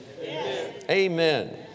Amen